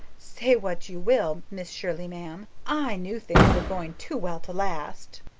say what you will, miss shirley, ma'am. i knew things were going too well to last.